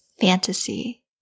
fantasy